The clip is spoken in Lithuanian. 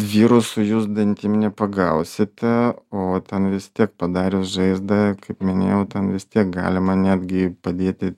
virusų jūs dantim nepagausite o ten vis tiek padarė žaizdą kaip minėjau ten vis tiek galima netgi padėti